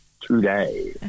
Today